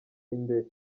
imbere